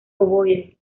ovoide